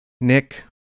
Nick